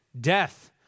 Death